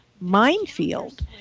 minefield